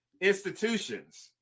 institutions